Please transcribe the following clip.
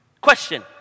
Question